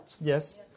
Yes